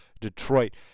Detroit